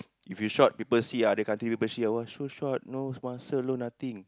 if you short people see ah [wah] so short no muscle no nothing